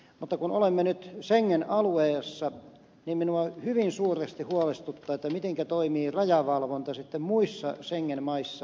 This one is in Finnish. mutta kun olemme nyt schengen aluetta niin minua hyvin suuresti huolestuttaa mitenkä toimii rajavalvonta sitten muissa schengen maissa